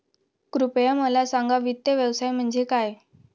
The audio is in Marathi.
कृपया मला सांगा वित्त व्यवसाय म्हणजे काय?